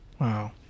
Wow